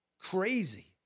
crazy